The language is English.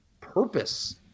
purpose